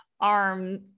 arm